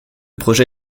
projet